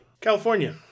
California